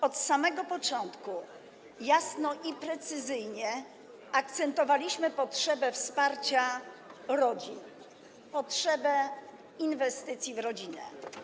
Od samego początku jasno i precyzyjnie akcentowaliśmy potrzebę wsparcia rodzin, potrzebę inwestycji w rodzinę.